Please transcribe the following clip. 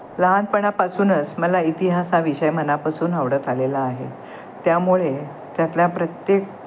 लहानपणापासूनच मला इतिहास हा विषय मनापासून आवडत आलेला आहे त्यामुळे त्यातल्या प्रत्येक